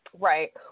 Right